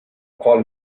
call